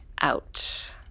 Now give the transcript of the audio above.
out